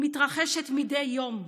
היא מתרחשת מדי יום.